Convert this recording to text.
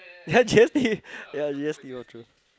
ya G_S_T ya G_S_T voucher